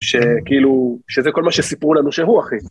שכאילו... שזה כל מה שסיפרו לנו שהוא הכי,